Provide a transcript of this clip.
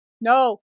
No